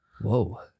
Whoa